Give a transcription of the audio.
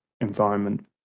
environment